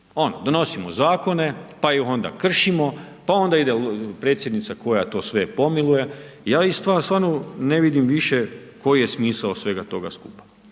ono donosimo zakone, pa ih onda kršimo, pa onda ide predsjednica koja sve to pomiluje. Ja stvarno ne vidim više koja je smisao svega toga skupa.